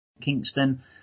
Kingston